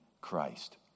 Christ